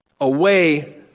away